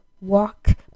walk